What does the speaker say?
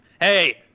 Hey